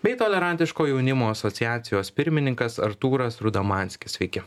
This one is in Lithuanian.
bei tolerantiško jaunimo asociacijos pirmininkas artūras rudomanskis sveiki